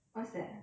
what's that